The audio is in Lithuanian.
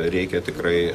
reikia tikrai